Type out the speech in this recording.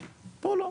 פה לא.